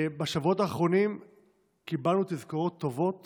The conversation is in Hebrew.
בשבועות האחרונים קיבלנו תזכורות טובות